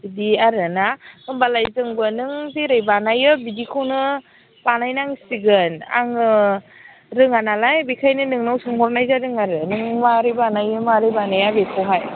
बिदि आरो ना होम्बालाय जोंबो नों जेरै बानायो बिदिखौनो बानाय नांसिगोन आङो रोङा नालाय बेखायनो नोंनाव सोंहरनाय जादों आरो नों मारै बानायो माबोरै बानाया बेखौहाय